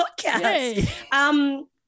podcast